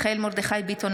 מיכאל מרדכי ביטון,